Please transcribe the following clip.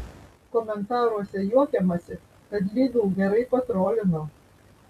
komentaruose juokiamasi kad lidl gerai patrolino